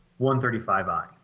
135i